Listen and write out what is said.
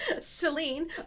Celine